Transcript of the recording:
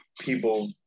people